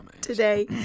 today